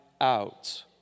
out